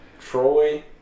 Troy